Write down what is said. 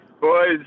Boys